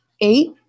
eight